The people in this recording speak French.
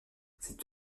c’est